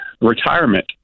retirement